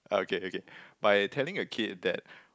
okay okay by telling a kid that